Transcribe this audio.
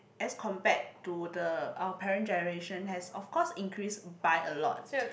as compared to the our parent generation has of course increased by a lot